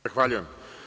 Zahvaljujem.